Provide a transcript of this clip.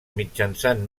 mitjançant